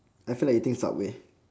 I feel like eating subway